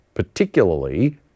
particularly